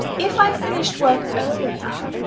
if i finished work earlier.